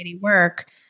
work